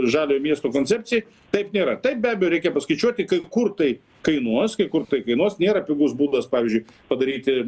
žaliojo miesto koncepcijai taip nėra taip be abejo reikia paskaičiuoti kai kur tai kainuos kai kur tai kainuos nėra pigus būdas pavyzdžiui padaryti